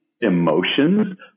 emotions